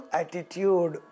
attitude